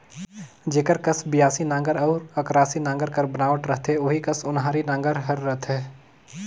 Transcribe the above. जेकर कस बियासी नांगर अउ अकरासी नागर कर बनावट रहथे ओही कस ओन्हारी नागर हर रहथे